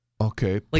Okay